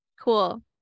cool